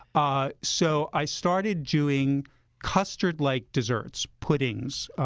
ah so i started doing custard-like desserts puddings,